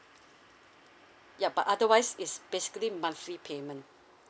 ya but otherwise is basically monthly payment